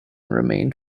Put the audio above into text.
remained